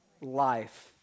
Life